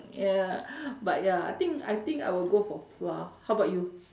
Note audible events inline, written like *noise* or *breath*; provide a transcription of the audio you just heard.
ya *breath* but ya but I think I think I will go for flour how about you